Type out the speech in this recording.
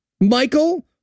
Michael